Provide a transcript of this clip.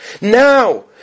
Now